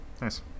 Nice